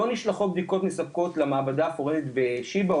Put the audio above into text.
לא נשלחות בדיקות מפסקות למעבדה הפועלת בשיבא,